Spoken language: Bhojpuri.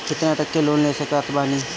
कितना तक लोन ले सकत बानी?